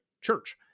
church